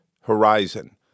horizon